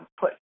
put